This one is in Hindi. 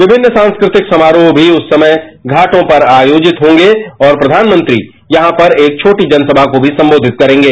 विभिन्न सांस्कृतिक समारोह भी उस समय घाटों पर आयोजित होंगे और प्रघानमंत्री यहां पर एक छोटी जनसभा को भी संबोधित करेंगे